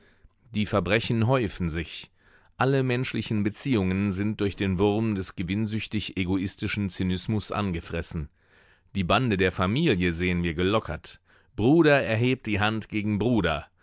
die verbrechen häufen sich alle menschlichen beziehungen sind durch den wurm des gewinnsüchtig egoistischen zynismus angefressen die bande der familie sehen wir gelockert bruder erhebt die hand gegen bruder